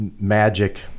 magic